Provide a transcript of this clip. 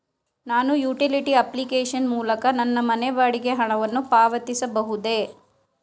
ನಾನು utility application ಮೂಲಕ ನನ್ನ ಮನೆ ಬಾಡಿಗೆ ಹಣವನ್ನು ಪಾವತಿಸಬಹುದೇ?